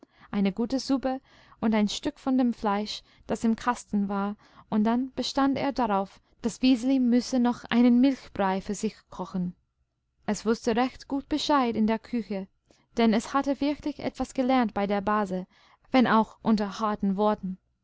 eine gute suppe und ein stück von dem fleisch das im kasten war und dann bestand er darauf das wiseli müsse noch einen milchbrei für sich kochen es wußte recht gut bescheid in der küche denn es hatte wirklich etwas gelernt bei der base wenn auch unter harten worten